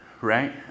Right